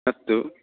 अस्तु